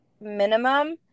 minimum